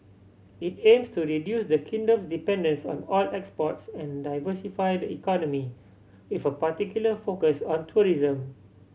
it aims to reduce the kingdom's dependence on oil exports and diversify the economy with a particular focus on tourism